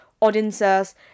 audiences